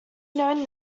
known